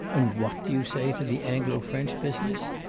and what do you say to the anglo-french business?